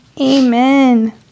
amen